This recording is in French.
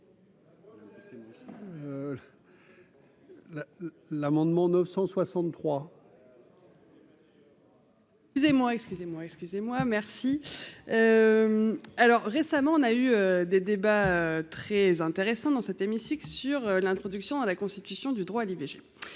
L'amendement 963. Vous savez moi, excusez-moi, excusez-moi, merci, alors récemment on a eu des débats très intéressant dans cet hémicycle sur l'introduction à la constitution du droit à l'IVG